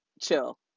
chill